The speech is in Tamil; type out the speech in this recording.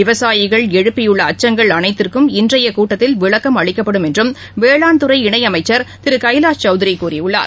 விவசாயிகள் எழுப்பியுள்ளஅச்சங்கள் அனைத்துக்கும் இன்றையகூட்டத்தில் விளக்கம் அளிக்கப்படும் என்றும் வேளாண்துறை இணையமைச்சர் திருகைலாஷ் சௌத்ரிகூறியுள்ளார்